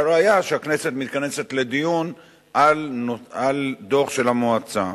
והראיה שהכנסת מתכנסת לדיון על דוח של המועצה.